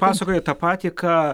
pasakoja tą patį ką